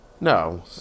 No